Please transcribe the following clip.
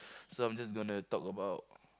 so I'm just gonna talk about